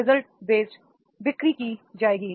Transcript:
result based बिक्री की जाएगी